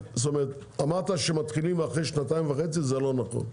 אמרת שמתחילים אחרי שנתיים וחצי, זה לא נכון.